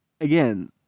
again